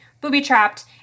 booby-trapped